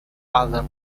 other